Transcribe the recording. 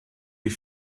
die